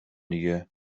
دیگه